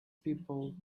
people